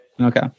Okay